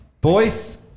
Boys